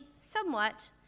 somewhat